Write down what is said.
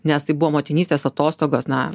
nes tai buvo motinystės atostogos na